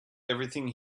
everything